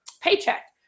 paycheck